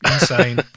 insane